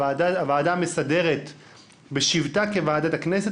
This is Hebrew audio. הוועדה המסדרת בשבתה כוועדת הכנסת,